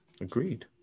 Agreed